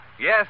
Yes